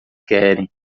querem